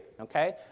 Okay